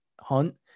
hunt